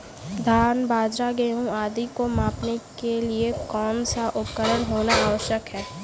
धान बाजरा गेहूँ आदि को मापने के लिए कौन सा उपकरण होना आवश्यक है?